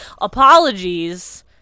apologies